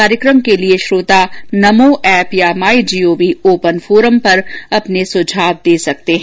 इस कार्यक्रम के लिये श्रोता नमो एप या माईजीओवी ओपन फोरम में अपने सुझाव दे सकते हैं